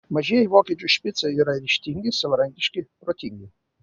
mažieji vokiečių špicai yra ryžtingi savarankiški protingi